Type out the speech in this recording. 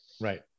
right